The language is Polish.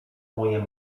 moje